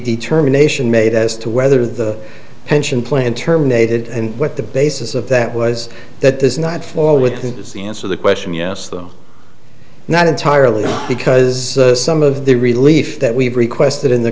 determination made as to whether the pension plan terminated and what the basis of that was that does not fall with the answer the question you asked them not entirely because some of the relief that we've requested in the